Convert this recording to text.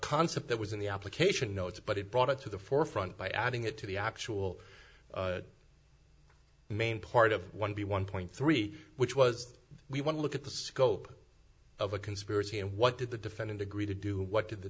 concept that was in the application notes but it brought it to the forefront by adding it to the actual main part of one b one point three which was we want to look at the scope of a conspiracy and what did the defendant agree to do what did the